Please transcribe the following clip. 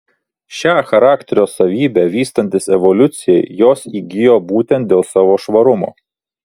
šią charakterio savybę vystantis evoliucijai jos įgijo būtent dėl savo švarumo